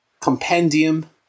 compendium